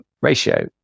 ratio